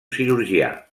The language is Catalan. cirurgià